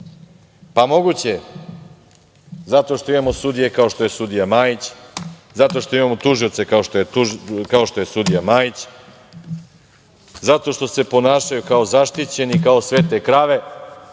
Pa, moguće je, zato što imamo sudije kao što je sudija Majić, zato što imamo tužioce kao što je sudija Majić, zato što se ponašaju kao zaštićeni, kao svete krave,